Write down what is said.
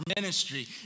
ministry